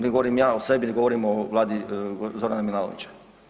Ne govorim ja o sebi, nego govorimo o Vladi Zorana Milanovića.